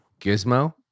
Gizmo